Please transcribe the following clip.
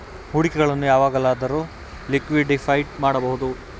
ಹೂಡಿಕೆಗಳನ್ನು ಯಾವಾಗಲಾದರೂ ಲಿಕ್ವಿಡಿಫೈ ಮಾಡಬಹುದೇ?